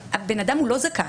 בן אדם הוא לא זכאי.